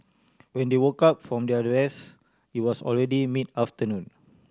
when they woke up from their rest it was already mid afternoon